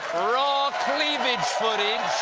raw cleavage footage.